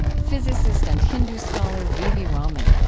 physicist and hindu scholar v v. raman.